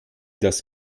das